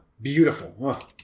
Beautiful